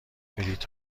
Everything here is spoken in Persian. بلیط